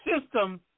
system